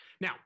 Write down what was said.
Now